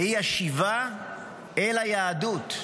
והיא השיבה אל היהדות.